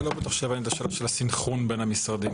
לא בטוח שהבנתי את השאלה של הסנכרון בין המשרדים,